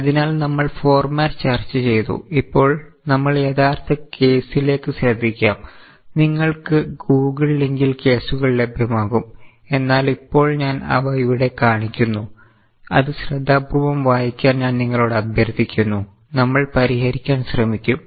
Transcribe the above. അതിനാൽ നമ്മൾ ഫോർമാറ്റ് ചർച്ച ചെയ്തു ഇപ്പോൾ നമ്മൾ യഥാർത്ഥ കേസിലേക്ക് ശ്രദ്ധിക്കാം നിങ്ങൾക്ക് ഗൂഗിൾ ലിങ്കിൽ കേസുകൾ ലഭ്യമാകും എന്നാൽ ഇപ്പോൾ ഞാൻ അവ ഇവിടെ കാണിക്കുന്നു അത് ശ്രദ്ധാപൂർവ്വം വായിക്കാൻ ഞാൻ നിങ്ങളോട് അഭ്യർത്ഥിക്കുന്നു നമ്മൾ പരിഹരിക്കാൻ ശ്രമിക്കും